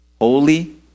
holy